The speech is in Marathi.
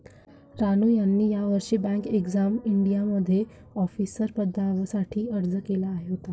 रानू यांनी यावर्षी बँक एक्झाम इंडियामध्ये ऑफिसर पदासाठी अर्ज केला होता